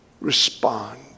respond